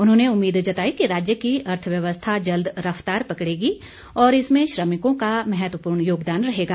उन्होंने उम्मीद जताई कि राज्य की अर्थव्यवस्था जल्द रफ्तार पकड़ेगी और इसमें श्रमिकों का महत्वपूर्ण योगदान रहेगा